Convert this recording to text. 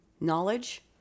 knowledge